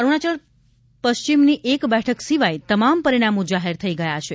અરૂણાચલ પશ્ચિમની એક બેઠક સિવાય તમામ પરિણામો જાહેર થઇ ગયાં છે